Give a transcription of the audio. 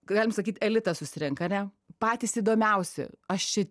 galim sakyt elitas susirenka ane patys įdomiausi aš čia